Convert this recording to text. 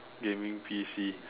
gaming P_C